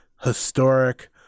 historic